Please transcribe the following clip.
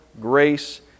grace